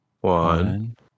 One